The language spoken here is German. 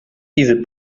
diese